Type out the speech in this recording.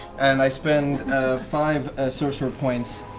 and i spend five sorcerer points,